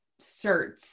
certs